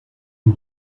eût